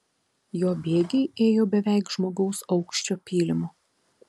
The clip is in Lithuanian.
jo bėgiai ėjo beveik žmogaus aukščio pylimu